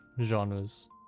genres